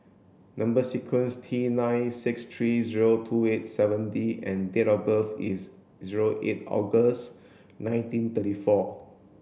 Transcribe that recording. number sequence T nine six three zero two eight seven D and date of birth is zero eight August nineteen thirty four